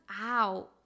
out